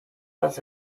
was